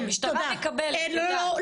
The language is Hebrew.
המשטרה מקבלת --- אין, לא, תודה.